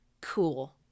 cool